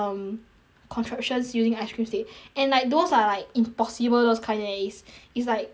constructions using ice cream stick and like those are like impossible those kind leh it's it's like really like